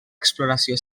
exploració